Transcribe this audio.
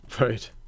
Right